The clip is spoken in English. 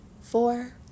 four